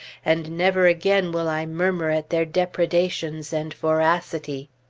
and never again will i murmur at their depredations and voracity.